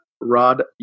rod